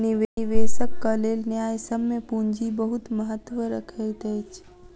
निवेशकक लेल न्यायसम्य पूंजी बहुत महत्त्व रखैत अछि